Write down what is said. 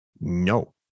No